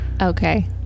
Okay